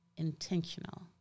Intentional